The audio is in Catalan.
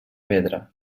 pedra